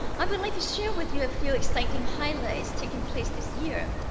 i would like to share with you a few exciting highlights taking place this year.